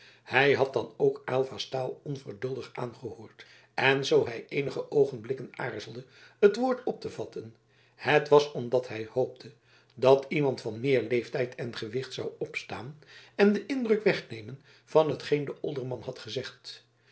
hij had dan ook aylva's taal onverduldig aangehoord en zoo hij eenige oogenblikken aarzelde het woord op te vatten het was omdat hij hoopte dat iemand van meer leeftijd en gewicht zou opstaan en den indruk wegnemen van hetgeen de olderman had gezegd